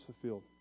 fulfilled